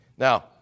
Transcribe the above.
Now